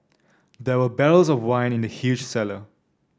there were barrels of wine in the huge cellar